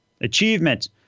Achievement